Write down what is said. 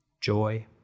joy